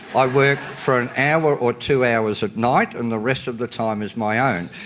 i work for an hour or two hours at night, and the rest of the time is my own.